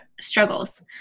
struggles